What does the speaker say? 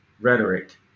rhetoric